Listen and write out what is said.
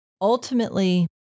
Ultimately